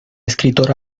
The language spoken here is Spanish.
escritor